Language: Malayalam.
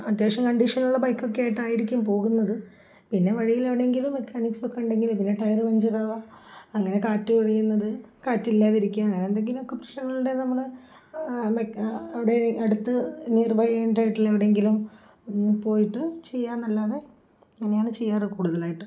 അത്യാവശ്യം കണ്ടീഷനുള്ള ബൈക്കൊക്കെ ആയിട്ടായിരിക്കും പോകുന്നത് പിന്നെ വഴിയിൽ എവിടെങ്കിലും മെക്കാനിക്സൊക്കെ ഉണ്ടെങ്കിലും പിന്നെ ടയര് പഞ്ചറാവുക അങ്ങനെ കാറ്റ് ഒഴിയുന്നത് കാറ്റില്ലാതിരിക്കുക അങ്ങനെ എന്തെങ്കിലുമൊക്കെ പ്രശ്നങ്ങളുടെ നമ്മള് അവിടെ അടുത്ത് നിയർബൈ ചെയ്യേണ്ടതായിട്ടുള്ള എവിടെയെങ്കിലും പോയിട്ടു ചെയ്യാമെന്നല്ലാതെ അങ്ങനെയാണു ചെയ്യാറ് കൂടുതലായിട്ടും